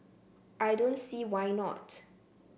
I don't see why not